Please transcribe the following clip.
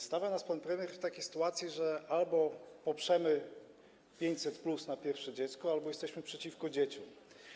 Stawia nas pan premier w takiej sytuacji, że albo poprzemy 500+ na pierwsze dziecko albo jesteśmy przeciwko dzieciom.